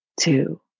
two